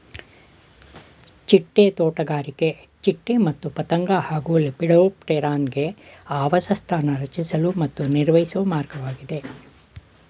ಚಿಟ್ಟೆ ತೋಟಗಾರಿಕೆ ಚಿಟ್ಟೆ ಮತ್ತು ಪತಂಗ ಹಾಗೂ ಲೆಪಿಡೋಪ್ಟೆರಾನ್ಗೆ ಆವಾಸಸ್ಥಾನ ರಚಿಸಲು ಮತ್ತು ನಿರ್ವಹಿಸೊ ಮಾರ್ಗವಾಗಿದೆ